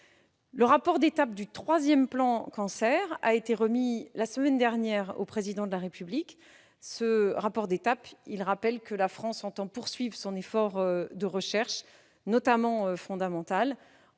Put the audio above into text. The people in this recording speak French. Le rapport d'étape du troisième plan Cancer, qui a été remis la semaine dernière au Président de la République, rappelle que la France entend poursuivre son effort de recherche, notamment fondamentale,